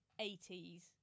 80s